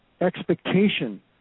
expectation